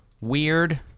weird